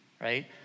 right